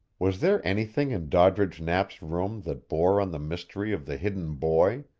was there anything in doddridge knapp's room that bore on the mystery of the hidden boy,